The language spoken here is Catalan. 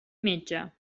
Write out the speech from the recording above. metge